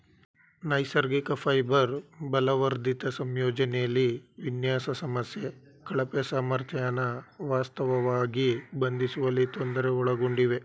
ನೈಸರ್ಗಿಕ ಫೈಬರ್ ಬಲವರ್ಧಿತ ಸಂಯೋಜನೆಲಿ ವಿನ್ಯಾಸ ಸಮಸ್ಯೆ ಕಳಪೆ ಸಾಮರ್ಥ್ಯನ ವಾಸ್ತವವಾಗಿ ಬಂಧಿಸುವಲ್ಲಿ ತೊಂದರೆ ಒಳಗೊಂಡಿವೆ